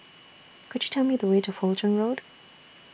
Could YOU Tell Me The Way to Fulton Road